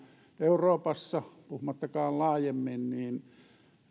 euroopassa puhumattakaan laajemmin